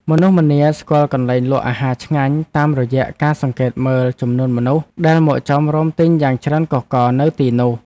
មនុស្សម្នាស្គាល់កន្លែងលក់អាហារឆ្ងាញ់តាមរយៈការសង្កេតមើលចំនួនមនុស្សដែលមកចោមរោមទិញយ៉ាងច្រើនកុះករនៅទីនោះ។